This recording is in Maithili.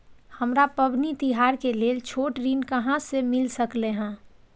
हमरा पबनी तिहार के लेल छोट ऋण कहाँ से मिल सकलय हन?